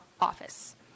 office